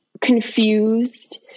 confused